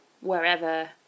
wherever